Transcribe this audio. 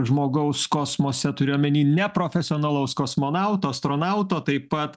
žmogaus kosmose turiu omeny ne profesionalaus kosmonauto astronauto taip pat